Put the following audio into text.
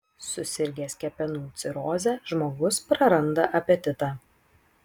susirgęs kepenų ciroze žmogus praranda apetitą